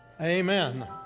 Amen